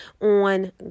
on